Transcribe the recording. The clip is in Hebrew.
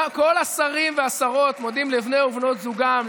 כל השרים והשרות מודים ומודות לבני ובנות זוגם,